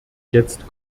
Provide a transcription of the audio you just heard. jetzt